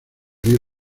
río